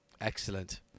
Excellent